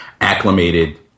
acclimated